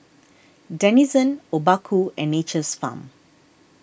Denizen Obaku and Nature's Farm